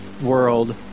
world